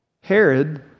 Herod